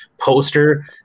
poster